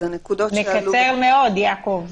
לקצר מאוד, יעקב.